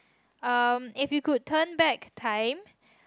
um if you could turn back time